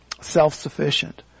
self-sufficient